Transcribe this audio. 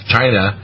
China